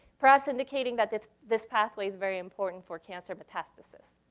perhaps indicating that this this pathway is very important for cancer metastasis.